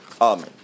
Amen